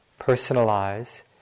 personalize